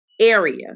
area